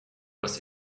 was